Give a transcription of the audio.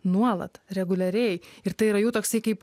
nuolat reguliariai ir tai yra jų toksai kaip